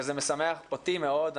וזה משמח אותי מאוד,